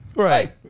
Right